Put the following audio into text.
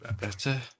better